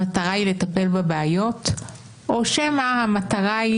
המטרה היא לטפל בבעיות או שמא המטרה היא